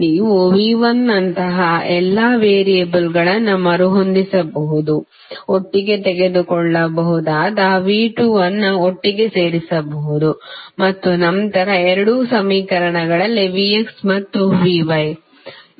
ನೀವು V1 ನಂತಹ ಎಲ್ಲಾ ವೇರಿಯೇಬಲ್ಗಳನ್ನು ಮರುಹೊಂದಿಸಬಹುದು ಒಟ್ಟಿಗೆ ತೆಗೆದುಕೊಳ್ಳಬಹುದಾದ V2 ಅನ್ನು ಒಟ್ಟಿಗೆ ಸೇರಿಸಬಹುದು ಮತ್ತು ನಂತರ ಎರಡೂ ಸಮೀಕರಣಗಳಲ್ಲಿ VX ಮತ್ತು VY